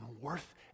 worth